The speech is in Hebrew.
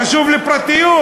חשוב לי פרטיות?